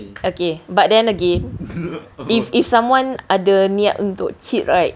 okay but then again if if someone ada niat untuk cheat right